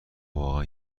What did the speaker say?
واقعا